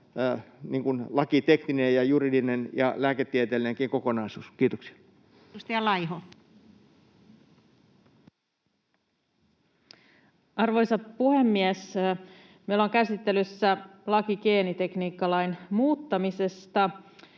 lakitekninen ja juridinen ja lääketieteellinenkin kokonaisuus? — Kiitoksia. Edustaja Laiho. Arvoisa puhemies! Meillä on käsittelyssä laki geenitekniikkalain muuttamisesta.